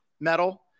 metal